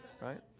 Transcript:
right